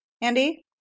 Andy